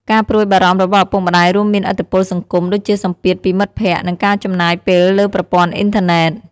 ការព្រួយបារម្ភរបស់ឪពុកម្តាយរួមមានឥទ្ធិពលសង្គម ដូចជាសម្ពាធពីមិត្តភក្តិ និងការចំណាយពេលលើប្រព័ន្ធអ៊ីនធឺណិត។